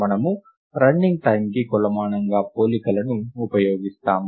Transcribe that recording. మనము రన్నింగ్ టైమ్కి కొలమానంగా పోలికలను ఉపయోగిస్తాము